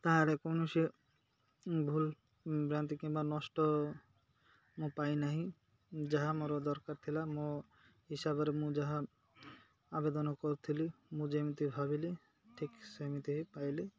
କାହାରି କୌଣସି ଭୁଲ ଭ୍ରାନ୍ତି କିମ୍ବା ନଷ୍ଟ ମୁଁ ପାଇନାହିଁ ଯାହା ମୋର ଦରକାର ଥିଲା ମୋ ହିସାବରେ ମୁଁ ଯାହା ଆବେଦନ କରୁଥିଲି ମୁଁ ଯେମିତି ଭାବିଲି ଠିକ୍ ସେମିତି ହିଁ ପାଇଲି